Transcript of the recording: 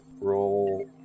roll